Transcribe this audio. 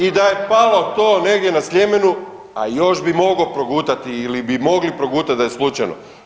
I da je palo to negdje na Sljemenu, a još bih mogao progutati ili bi mogli progutati da je slučajno.